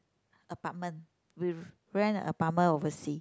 apartment we rent apartment oversea